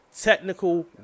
technical